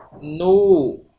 No